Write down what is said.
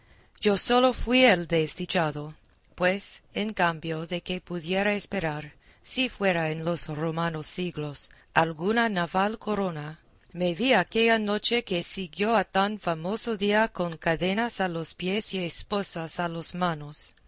yo solo fui el desdichado pues en cambio de que pudiera esperar si fuera en los romanos siglos alguna naval corona me vi aquella noche que siguió a tan famoso día con cadenas a los pies y esposas a las manos